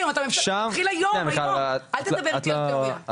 תתחיל היום, אל תדבר איתי על תיאוריה.